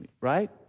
right